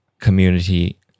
community